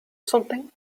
something